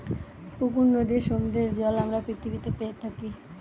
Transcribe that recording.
পুকুর, নদীর, সমুদ্রের জল আমরা পৃথিবীতে পেয়ে থাকি